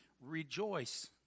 Rejoice